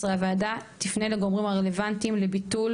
הוועדה תפנה לגורמים הרלוונטיים לביטול